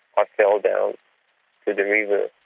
i fell down to the river.